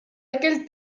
aquell